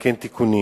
ולתקן תיקונים,